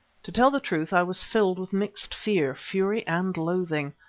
to tell the truth, i was filled with mixed fear, fury and loathing.